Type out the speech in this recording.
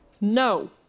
No